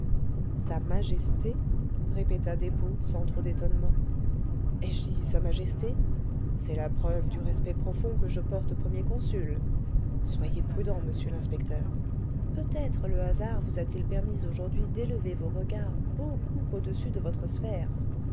sa majesté répéta despaux sans trop d'étonnement ai-je dit sa majesté c'est la preuve du respect profond que je porte au premier consul soyez prudent monsieur l'inspecteur peut-être le hasard vous a-t-il permis aujourd'hui d'élever vos regards beaucoup au-dessus de votre sphère